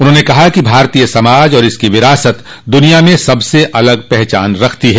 उन्होंने कहा कि भारतोय समाज और इसकी विरासत दुनिया में सबसे अलग पहचान रखता है